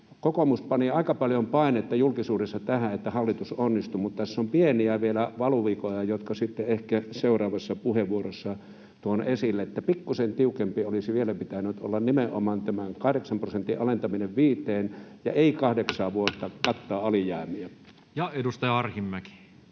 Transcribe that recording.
kokoomus pani aika paljon painetta julkisuudessa tähän, että hallitus onnistui, mutta tässä on vielä pieniä valuvikoja, jotka sitten ehkä seuraavassa puheenvuorossa tuon esille. Pikkusen tiukempi olisi vielä pitänyt olla: nimenomaan tämän 8 prosentin alentaminen 5:een, ja ei kahdeksaa vuotta kattaa alijäämiä. [Speech